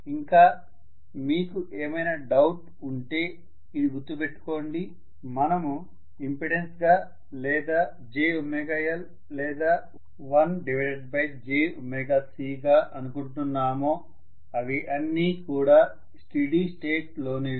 ఇంకా మీకు ఏమైనా డౌట్ ఉంటే ఇది గుర్తుపెట్టుకోండి మనము ఇంపెడెన్స్ గా jωL లేదా 1jωC గా అనుకుంటున్నామో అవి అన్నీ కూడా స్టీడి స్టేట్ లోనివి